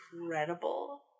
incredible